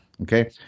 Okay